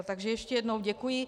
Takže ještě jednou děkuji.